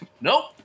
nope